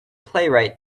playwright